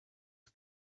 had